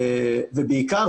ובעיקר,